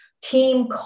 team